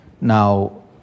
Now